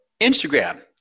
Instagram